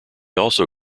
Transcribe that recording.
also